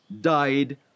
died